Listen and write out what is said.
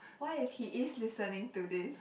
what if he is listening to this